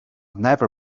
never